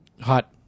hot